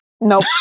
Nope